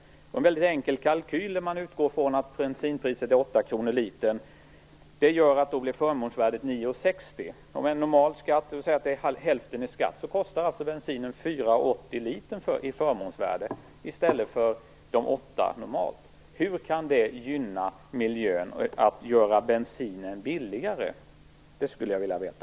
Om vi i en väldigt enkel kalkyl utgår från att bensinpriset är 8 kr per liter, blir förmånsvärdet 9:60. Om vi säger att hälften är skatt kostar alltså bensinen 4:80 litern i förmånsvärde i stället för normalt 8 kr. Hur kan det gynna miljön att göra bensinen billigare? Det skulle jag vilja veta.